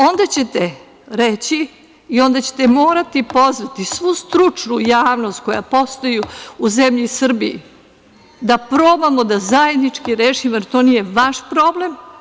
Onda ćete reći i onda ćete morati pozvati svu stručnu javnost koja postoji u zemlji Srbiji da probamo da zajednički rešimo, jer to nije vaš problem.